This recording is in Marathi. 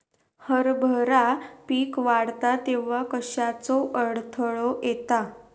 हरभरा पीक वाढता तेव्हा कश्याचो अडथलो येता?